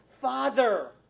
father